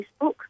Facebook